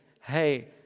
hey